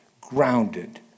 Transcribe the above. grounded